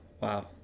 wow